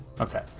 Okay